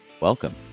Welcome